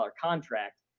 contract